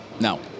No